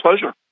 pleasure